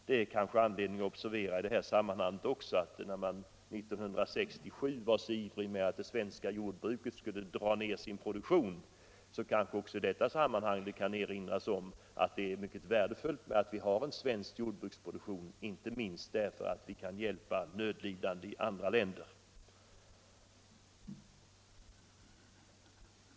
Det är också anledning att observera i detta sammanhang, eftersom man 1967 var så ivrig med att hävda att det svenska jordbruket skulle minska sin produktion, att det är mycket värdefullt att vi har en svensk jordbruksproduktion, inte minst därför att vi kan hjälpa nödlidande i andra länder.